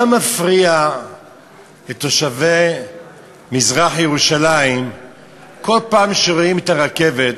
מה מפריע לתושבי מזרח-ירושלים כל פעם שרואים את הרכבת,